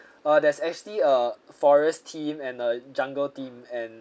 uh there's actually a forest theme and a jungle theme and